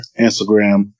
Instagram